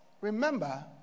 remember